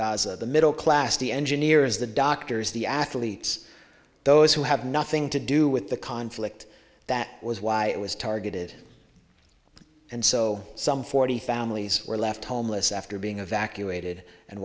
gaza the middle class the engineers the doctors the athletes those who have nothing to do with the conflict that was why it was targeted and so some forty families were left homeless after being evacuated and